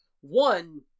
one